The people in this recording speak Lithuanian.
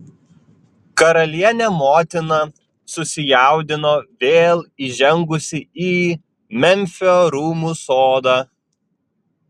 karalienė motina susijaudino vėl įžengusi į memfio rūmų sodą